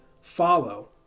follow